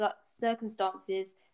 circumstances